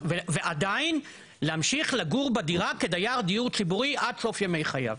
ועדיין להמשיך לגור בדירה כדייר דיור ציבורי עד סוף ימי חייו.